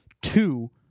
two